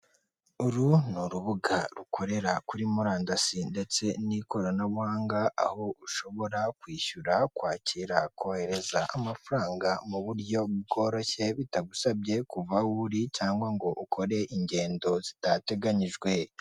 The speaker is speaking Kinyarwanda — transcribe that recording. Uru ni urubuga rukorera kuri murandasi ndetse n'ikoranabuhanga, aho ushobora kwishyura, kwakira, kohereza amafaranga mu buryo bworoshye, bitagusabye kuva aho uri cyangwa ngo ukore ingendo zitateganyijwe.